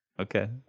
Okay